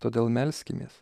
todėl melskimės